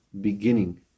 beginning